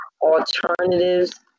alternatives